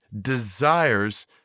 desires